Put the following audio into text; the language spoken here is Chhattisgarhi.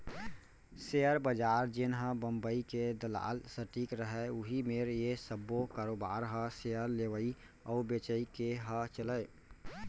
सेयर बजार जेनहा बंबई के दलाल स्टीक रहय उही मेर ये सब्बो कारोबार ह सेयर लेवई अउ बेचई के ह चलय